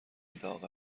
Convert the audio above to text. داغ